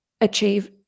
achieve